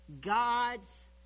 God's